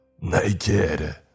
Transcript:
NAKED